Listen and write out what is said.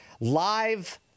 Live